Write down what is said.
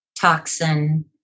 toxin